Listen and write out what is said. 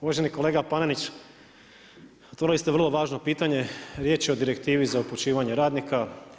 Uvaženi kolega Panenić, otvorili ste vrlo važno pitanje, riječ je o direktivi za upućivanje radnika.